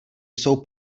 jsou